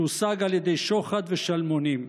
שהושג על ידי שוחד ושלמונים.